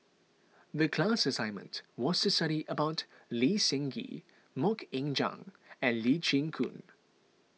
the class assignment was to study about Lee Seng Gee Mok Ying Jang and Lee Chin Koon